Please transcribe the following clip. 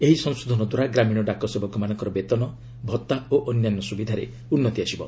ଏହି ସଂଶୋଧନଦ୍ୱାରା ଗ୍ରାମୀଣ ଡାକ ସେବକମାନଙ୍କ ବେତନ ଭତ୍ତା ଓ ଅନ୍ୟାନ୍ୟ ସୁବିଧାରେ ଉନ୍ନତି ଆସିବ